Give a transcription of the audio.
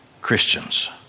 Christians